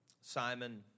Simon